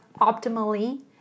optimally